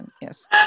yes